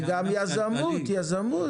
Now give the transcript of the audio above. וגם יזמות.